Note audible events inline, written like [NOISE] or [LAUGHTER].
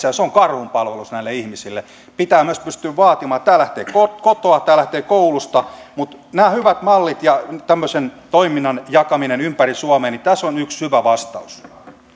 [UNINTELLIGIBLE] ja se on karhunpalvelus näille ihmisille pitää myös pystyä vaatimaan tämä lähtee kotoa kotoa tämä lähtee koulusta mutta nämä hyvät mallit ja tämmöisen toiminnan jakaminen ympäri suomea tässä on yksi hyvä vastaus